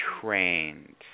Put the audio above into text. trained